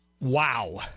Wow